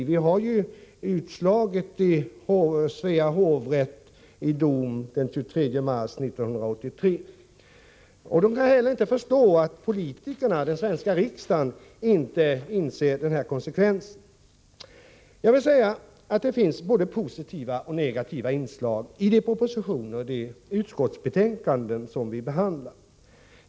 Det har Svea hovrätt fastslagit i dom den 23 mars 1983. De kan inte förstå att politikerna i den svenska riksdagen inte inser denna inkonsekvens. Det finns både positiva och negativa inslag i de propositioner och de utskottsbetänkanden som vi behandlar.